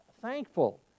thankful